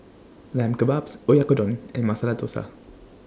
Lamb Kebabs Oyakodon and Masala Dosa